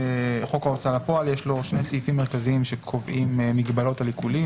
לחוק ההוצאה לפועל יש שני סעיפים מרכזיים שקובעים מגבלות על עיקולים.